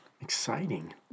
exciting